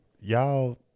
y'all